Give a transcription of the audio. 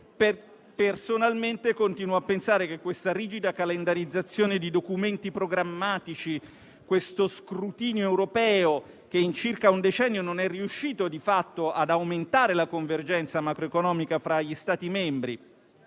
ma personalmente continuo a pensare che questa rigida calendarizzazione di documenti programmatici e questo scrutinio europeo, che in circa un decennio non è riuscito di fatto ad aumentare la convergenza macroeconomica fra gli Stati membri,